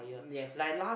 yes